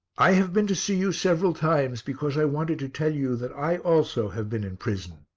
i have been to see you several times because i wanted to tell you that i also have been in prison.